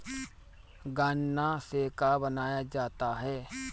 गान्ना से का बनाया जाता है?